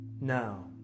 now